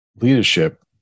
leadership